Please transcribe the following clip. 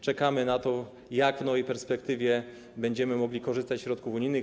Czekamy na to, jak w nowej perspektywie będziemy mogli korzystać ze środków unijnych.